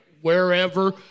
wherever